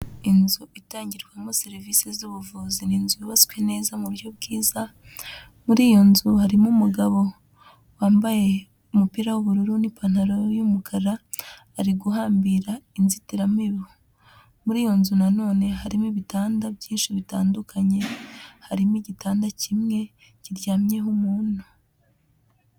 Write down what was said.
Inzu itangirwamo serivisi z'ubuvuzi ni inzu yubatswe neza mu buryo bwiza, muri iyo nzu harimo umugabo wambaye umupira w'ubururu n'ipantaro y'umukara ari guhambira inzitiramibu. Muri iyo nzu nanone harimo ibitanda byinshi bitandukanye, harimo igitanda kimwe kiryamyeho umuntu.